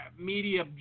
media